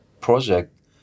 project